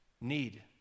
need